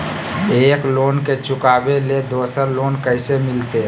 एक लोन के चुकाबे ले दोसर लोन कैसे मिलते?